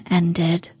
ended